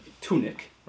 tunic